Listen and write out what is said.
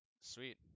Sweet